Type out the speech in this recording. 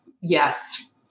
yes